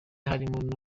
harimo